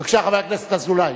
בבקשה, חבר הכנסת אזולאי.